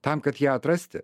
tam kad ją atrasti